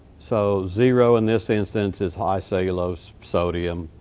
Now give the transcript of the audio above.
so zero in this instance is high cellulose sodium.